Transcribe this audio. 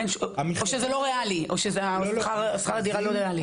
או ששכר הדירה לא ריאלי?